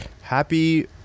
happy